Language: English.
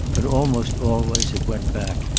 but almost always it went back,